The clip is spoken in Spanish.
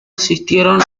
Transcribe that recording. asistieron